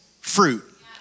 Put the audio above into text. fruit